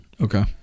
Okay